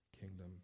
kingdom